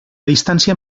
distància